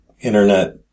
internet